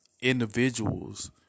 individuals